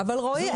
אבל רועי,